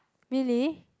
really